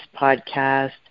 podcast